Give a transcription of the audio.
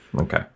Okay